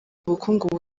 ubukungu